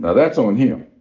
that's on him.